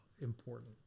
important